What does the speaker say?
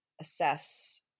assess